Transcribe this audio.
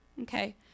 okay